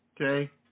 okay